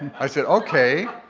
i said okay,